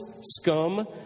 scum